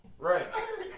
Right